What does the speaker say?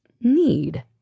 need